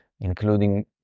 including